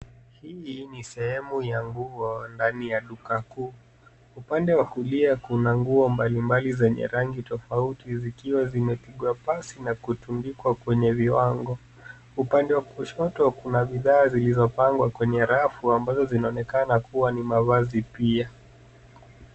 Hii ni sehemu ya nguo ndani ya duka kuu. Upande wa kulia nguo kuna mbalimbali zenye rangi tofauti zikiwa zimepigwa pasi na kutundikwa kwenye viwango. Upande wa kushoto kuna bidhaa zilizopangwa kwenye rafu ambazo zinaonekana kuwa ni mavazi pia.